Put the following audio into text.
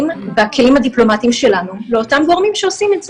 בכלים הדיפלומטיים שלנו לאותם גורמים שעושים את זה.